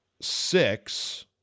six